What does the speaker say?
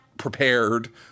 prepared